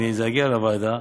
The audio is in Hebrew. אם זה יגיע לוועדה,